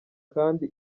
kandi